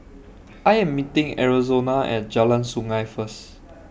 I Am meeting Arizona At Jalan Sungei First